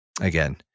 again